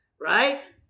right